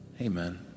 Amen